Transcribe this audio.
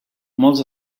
molts